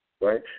right